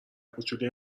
کوچولوی